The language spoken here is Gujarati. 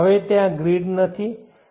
હવે ગ્રીડ ત્યાં નથી